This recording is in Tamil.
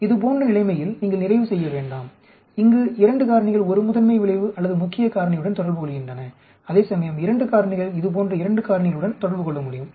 இது போன்ற நிலைமையில் நீங்கள் நிறைவு செய்ய வேண்டாம் இங்கு இரண்டு காரணிகள் ஒரு முதன்மை விளைவு அல்லது முக்கிய காரணியுடன் தொடர்பு கொள்கின்றன அதேசமயம் இரண்டு காரணிகள் இது போன்ற 2 காரணிகளுடன் தொடர்பு கொள்ள முடியும்